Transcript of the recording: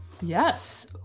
Yes